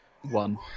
one